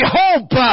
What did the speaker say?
hope